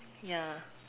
yeah